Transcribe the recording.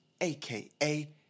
aka